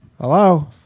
Hello